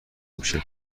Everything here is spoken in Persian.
میشه